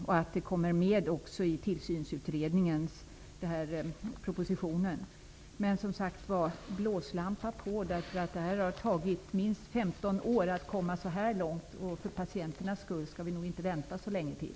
Det är bra att det också kommer med i propositionen. Men sätt på blåslampan! Det har tagit minst 15 år att komma så här långt. För patienternas skull skall vi nog inte vänta så länge till.